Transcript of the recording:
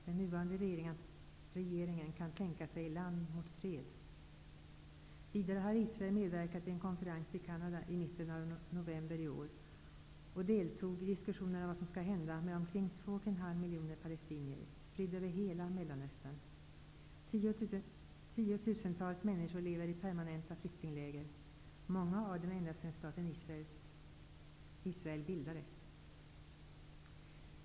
Den nuvarande regeringen kan tänka sig lösningen ''land mot fred''. Vidare har Israel medverkat vid en konferens i Canada i mitten av november i år. Man deltog i diskussionerna om vad som skall hända med omkring 2,5 miljoner palestinier, spridda över hela Mellanöstern. Tiotusentals människor lever i permanenta flyktingläger, många av dem ända sedan staten Israel bildades.